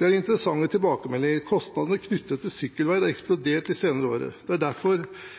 Dette er interessante tilbakemeldinger. Kostnadene knyttet til sykkelveier har eksplodert de senere årene. Det er derfor